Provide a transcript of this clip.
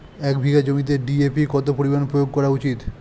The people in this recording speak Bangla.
এক বিঘে জমিতে ডি.এ.পি কত পরিমাণ প্রয়োগ করা উচিৎ?